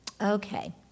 Okay